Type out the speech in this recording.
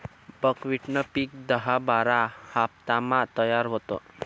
बकव्हिटनं पिक दहा बारा हाफतामा तयार व्हस